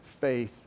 faith